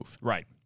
Right